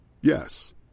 Yes